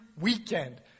weekend